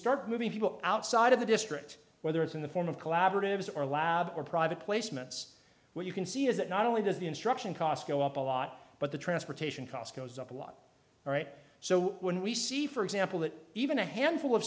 start moving people outside of the district whether it's in the form of collaboratives or lab or private placements where you can see is that not only does the instruction cost go up a lot but the transportation cost goes up a lot all right so when we see for example that even a handful of